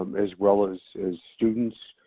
um as well as as students,